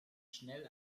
schnell